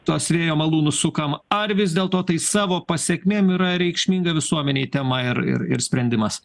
tuos vėjo malūnų sukam ar vis dėlto tai savo pasekmėm yra reikšminga visuomenei tema ir ir ir sprendimas